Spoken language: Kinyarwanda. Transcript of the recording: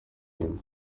nyuma